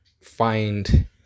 find